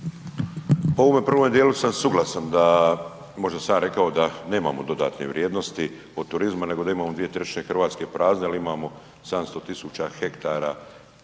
U ovome prvome djelu sam suglasan da možda sam ja rekao da nemamo dodatne vrijednosti od turizma nego da imamo 2/3 Hrvatske prazne ali imamo 700 000 ha